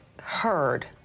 heard